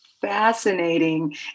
fascinating